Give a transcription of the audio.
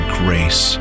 grace